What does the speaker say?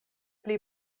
pli